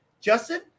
Justin